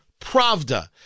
pravda